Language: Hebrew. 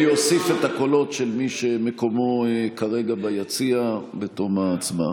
אני אוסיף את הקולות של מי שמקומו כרגע ביציע בתום ההצבעה.